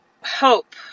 hope